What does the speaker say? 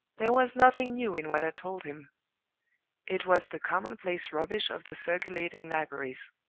there was nothing new in what i told him it was the commonplace rubbish of the circulating libraries.